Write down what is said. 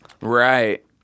right